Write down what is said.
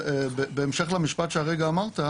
בהמשך למשפט שהרגע אמרת,